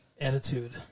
attitude